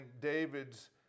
David's